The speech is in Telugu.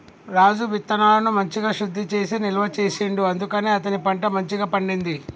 రాజు విత్తనాలను మంచిగ శుద్ధి చేసి నిల్వ చేసిండు అందుకనే అతని పంట మంచిగ పండింది